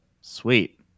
Sweet